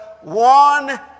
one